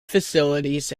facilities